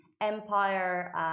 empire